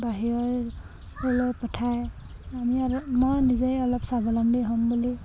বাহিৰৰ পঠাই আমি অলপ মই নিজেই অলপ স্বাৱলম্বী হ'ম বুলি